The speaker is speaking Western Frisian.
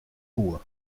koe